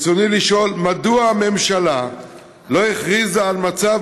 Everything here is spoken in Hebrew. רצוני לשאול: מדוע הממשלה לא הכריזה על מצב